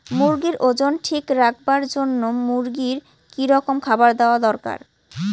মুরগির ওজন ঠিক রাখবার জইন্যে মূর্গিক কি রকম খাবার দেওয়া দরকার?